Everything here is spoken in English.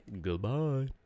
goodbye